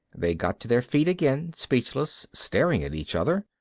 they got to their feet again, speechless, staring at each other.